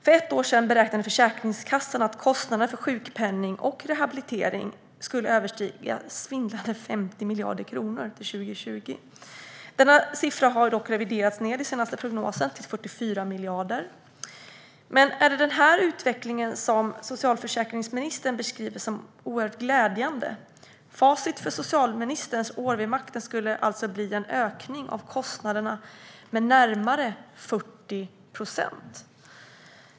För ett år sedan beräknade Försäkringskassan att till 2020 skulle kostnaderna för sjukpenning och rehabilitering överstiga svindlande 50 miljarder kronor. Den siffran har dock reviderats ned i den senaste prognosen, till 44 miljarder. Men är det den utvecklingen som socialförsäkringsministern beskriver som oerhört glädjande? Facit för socialministerns år vid makten skulle alltså bli en ökning av kostnaderna med närmare 40 procent.